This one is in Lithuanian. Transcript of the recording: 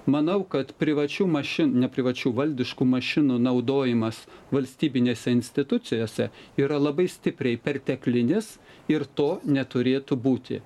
manau kad privačių mašinų neprivačių valdiškų mašinų naudojimas valstybinėse institucijose yra labai stipriai perteklinis ir to neturėtų būti